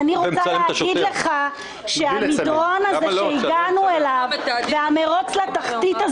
אני רוצה להגיד לך שהמדרון שהגענו אליו והמרוץ לתחתית,